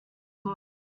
good